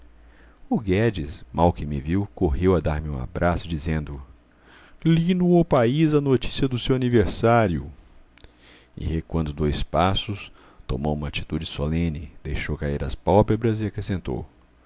o guedes mal que me viu correu a dar-me um abraço dizendo li no o país a notícia do seu aniversario e recuando dois passos tomou uma atitude solene deixou cair as pálpebras e acrescentou